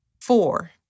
Four